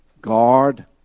guard